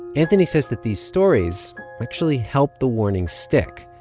anthony says that these stories actually help the warning stick.